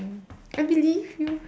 I believe you